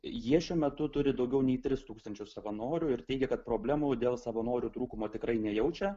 jie šiuo metu turi daugiau nei tris tūkstančius savanorių ir teigia kad problemų dėl savanorių trūkumo tikrai nejaučia